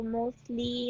mostly